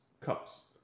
cups